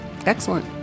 excellent